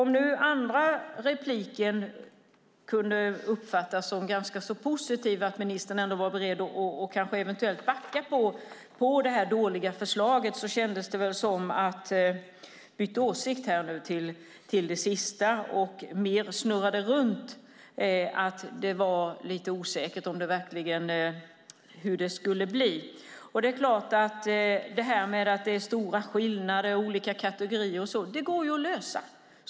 Ministerns andra inlägg kunde uppfattas som ganska positivt, som om hon eventuellt var beredd att backa om det dåliga förslaget, men i hennes senaste inlägg kändes det som om hon hade bytt åsikt. Hon verkade skruva på sig och vara osäker om hur det skulle bli. Detta med att det är stora skillnader, olika kategorier och så vidare går ju att lösa.